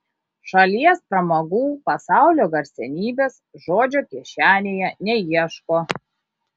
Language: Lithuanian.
šalies pramogų pasaulio garsenybės žodžio kišenėje neieško